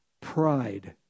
pride